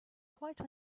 quite